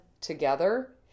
together